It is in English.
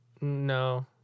No